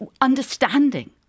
understanding